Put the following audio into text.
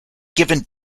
given